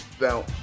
Now